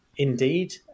indeed